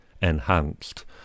enhanced